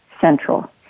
Central